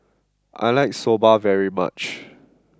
I like Soba very much